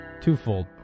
twofold